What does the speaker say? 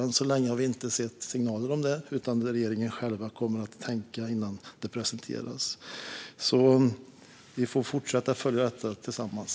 Än så länge har vi inte sett signaler om detta och vad regeringen tänker innan detta presenteras. Vi får fortsätta att följa detta tillsammans.